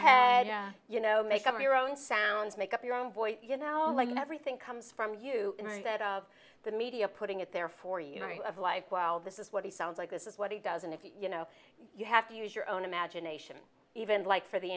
head you know make up your own sounds make up your own voice you know like everything comes from you and that of the media putting it there for you know of life well this is what he sounds like this is what he does and if you know you have to use your own imagination even like for the